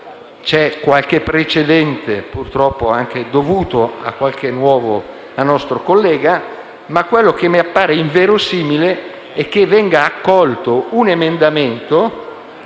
(c'è qualche precedente, purtroppo anche dovuto a qualche nuovo nostro collega); ma quello che mi appare inverosimile è che venga accolto un emendamento,